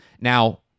Now